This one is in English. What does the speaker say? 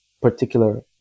particular